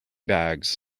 bags